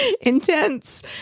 intense